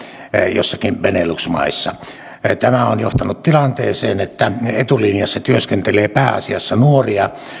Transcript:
joissakin benelux maissa tämä on johtanut tilanteeseen että etulinjassa työskentelee pääasiassa nuoria